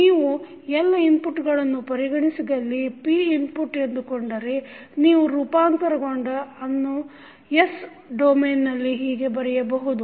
ನೀವು ಎಲ್ಲ ಇನ್ಪುಟ್ಗಳನ್ನು ಪರಿಗಣಿಸಿದಲ್ಲಿ p ಇನ್ಪುಟ್ ಎಂದುಕೊಂಡರೆ ನೀವು ರೂಪಾಂತರಗೊಂಡ ಅನ್ನು s ಡೊಮೆನ್ನಲ್ಲಿ ಹೀಗೆ ಬರೆಯಬಹುದು